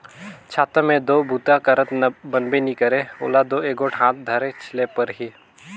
छाता मे दो बूता करत बनबे नी करे ओला दो एगोट हाथे धरेच ले परही